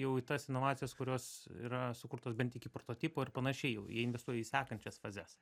jau į tas inovacijas kurios yra sukurtos bent iki prototipo ir panašiai jau jie investuoja į sekančias fazes